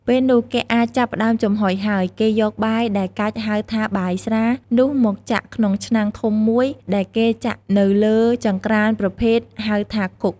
ពេលនោះគេអាចចាប់ផ្តើមចំហុយហើយ គេយកបាយដែលកាច់ ហៅថា «បាយស្រា» នោះមកចាក់ក្នុងឆ្នាំងធំមួយដែលគេដាក់នៅលើចង្ក្រានប្រភេទហៅថា «គុក»។